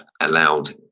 allowed